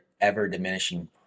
ever-diminishing